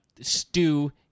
stew